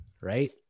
Right